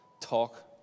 talk